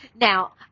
Now